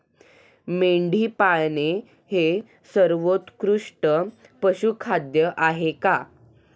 मेंढी पाळणे हे सर्वोत्कृष्ट पशुखाद्य आहे का?